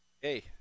Hey